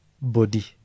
body